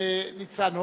ניצן הורוביץ,